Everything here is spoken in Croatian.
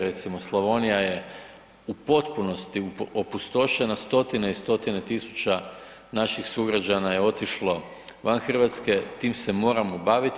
Recimo Slavonija je u potpunosti opustošena, stotine i stotine tisuća naših sugrađana je otišlo van Hrvatske, tim se moramo baviti.